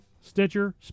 Stitcher